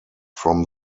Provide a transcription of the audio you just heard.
from